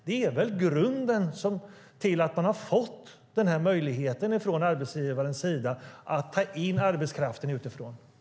Det är väl den rätta grunden till att man har fått den här möjligheten från arbetsgivarens sida att ta in arbetskraft utifrån.